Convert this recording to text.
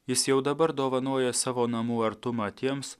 jis jau dabar dovanoja savo namų artumą tiems